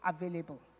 available